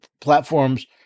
platforms